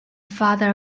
father